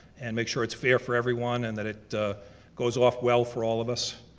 and make sure it's fair for everyone, and that it goes off well for all of us.